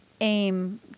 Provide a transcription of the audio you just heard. aim